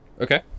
Okay